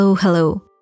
Hello